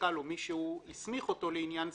קק"ל או מי שהוא הסמיך אותו לעניין זה,